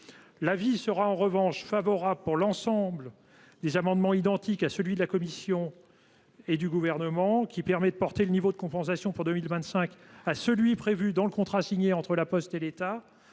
revanche un avis favorable sur l’ensemble des amendements identiques à ceux de la commission et du Gouvernement, qui visent à porter le niveau de compensation pour 2025 à celui qui est prévu dans le contrat signé entre La Poste et l’État.